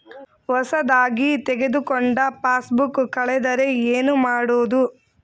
ಹೊಸದಾಗಿ ತೆಗೆದುಕೊಂಡ ಪಾಸ್ಬುಕ್ ಕಳೆದರೆ ಏನು ಮಾಡೋದು?